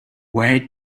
where